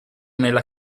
nella